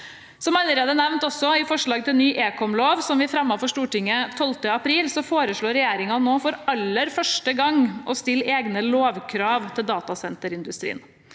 Som allerede nevnt i forslag til ny ekomlov, som vi fremmet for Stortinget 12. april, foreslår regjeringen nå for aller første gang å stille egne lovkrav til datasenterindustrien.